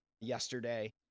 yesterday